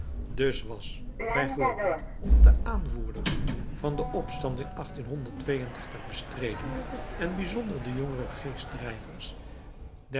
dus was bij voorbeeld wat de aanvoerders van den opstand in bestreden en bijzonderlijk de jonge